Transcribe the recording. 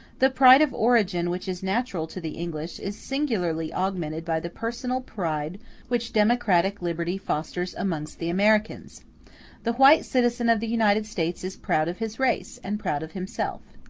the pride of origin, which is natural to the english, is singularly augmented by the personal pride which democratic liberty fosters amongst the americans the white citizen of the united states is proud of his race, and proud of himself.